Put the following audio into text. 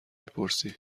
پرسی